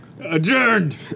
Adjourned